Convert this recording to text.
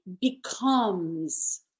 becomes